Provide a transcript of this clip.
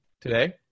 today